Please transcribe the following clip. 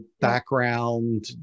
background